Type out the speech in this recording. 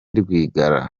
rwigara